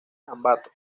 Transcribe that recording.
ambato